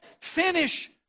Finish